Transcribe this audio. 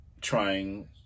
trying